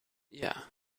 yeah